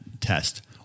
test